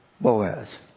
Boaz